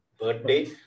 birthday